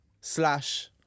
slash